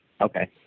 Okay